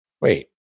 Wait